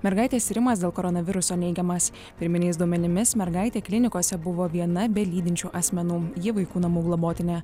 mergaitės tyrimas dėl koronaviruso neigiamas pirminiais duomenimis mergaitė klinikose buvo viena be lydinčių asmenų ji vaikų namų globotinė